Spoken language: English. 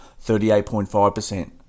38.5%